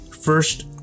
First